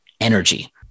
energy